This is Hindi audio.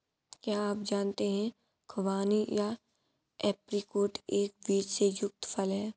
क्या आप जानते है खुबानी या ऐप्रिकॉट एक बीज से युक्त फल है?